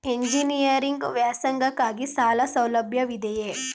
Engineering ವ್ಯಾಸಂಗಕ್ಕಾಗಿ ಸಾಲ ಸೌಲಭ್ಯವಿದೆಯೇ?